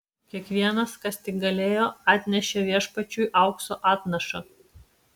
kiekvienas kas tik galėjo atnešė viešpačiui aukso atnašą